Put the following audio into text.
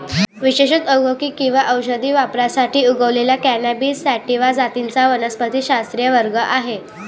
विशेषत औद्योगिक किंवा औषधी वापरासाठी उगवलेल्या कॅनॅबिस सॅटिवा जातींचा वनस्पतिशास्त्रीय वर्ग आहे